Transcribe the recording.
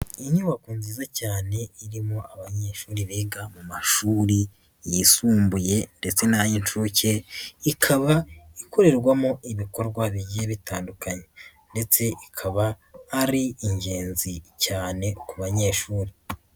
Inyubako nziza cyane irimo abanyeshuri biga mu mashuri yisumbuye ndetse n'ay'inshuke, ikaba ikorerwamo ibikorwa bigiye bitandukanye ndetse ikaba ari ingenzi cyane ku banyeshuri.